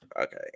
Okay